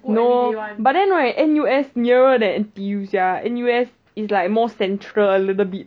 no but then right N_U_S nearer than N_T_U sia N_U_S is like more central a little bit